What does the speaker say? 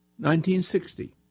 1960